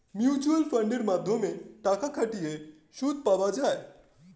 mutual ফান্ডের মাধ্যমে টাকা খাটিয়ে সুদ পাওয়া যায়